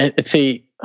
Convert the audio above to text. see